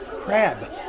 crab